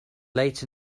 late